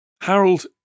Harold